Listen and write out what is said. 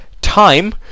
time